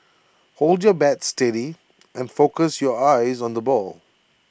hold your bat steady and focus your eyes on the ball